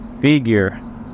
figure